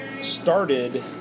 started